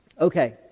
Okay